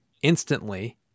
instantly